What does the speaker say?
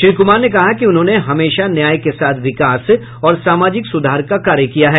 श्री कुमार ने कहा कि उन्होंने हमेशा न्याय के साथ विकास और सामजिक सुधार का कार्य किया है